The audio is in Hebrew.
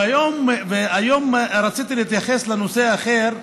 והיום רציתי להתייחס לנושא אחר,